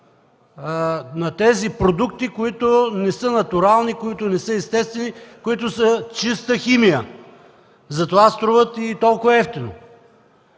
на тези продукти, които не са натурални, които не са естествени и са чиста химия – затова струват и толкова евтино.